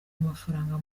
amafaranga